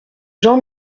jean